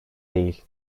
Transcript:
değil